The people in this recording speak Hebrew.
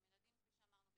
כפי שאמרנו,